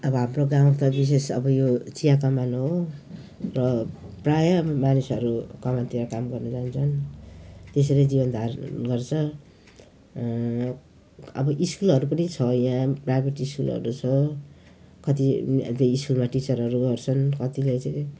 अब हाम्रो गाउँ त विशेष अब यो चिया कमान हो र प्रायः मानिसहरू कमानतिर काम गर्नु जान्छन् त्यसरी जीवन धारण गर्छ अब स्कुलहरू पनि छ यहाँ प्राइभेट स्कुलहरू छ कति अहिले त स्कुलमा टिचरहरू गर्छन् कतिले चाहिँ